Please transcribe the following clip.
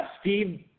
Steve